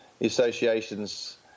associations